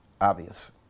obvious